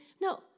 No